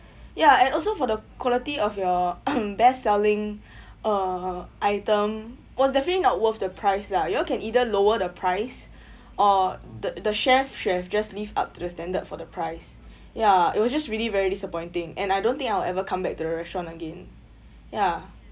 ya and also for the quality of your um best selling uh item was definitely not worth the price lah you all can either lower the price or the the chefs should have just lift up to the standard for the price ya it was just really very disappointing and I don't think I'll ever come back to the restaurant again ya